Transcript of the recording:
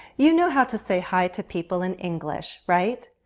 you know how to say hi to people in english. right?